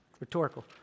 Rhetorical